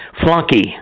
Flunky